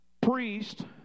priest